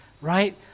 right